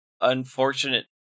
unfortunate